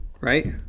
right